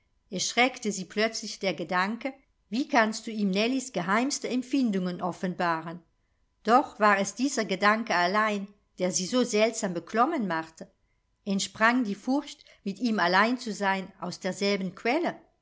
schreckte sie plötzlich der gedanke wie kannst du ihm nellies geheimste empfindungen offenbaren doch war es dieser gedanke allein der sie so seltsam beklommen machte entsprang die furcht mit ihm allein zu sein aus derselben quelle